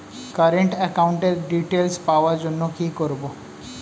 Current একাউন্টের details পাওয়ার জন্য কি করব?